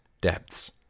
depths